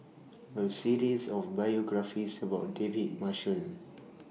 A series of biographies about David Marshall